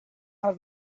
have